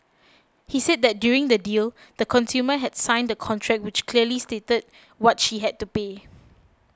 he said that during the deal the consumer had signed a contract which clearly stated what she had to pay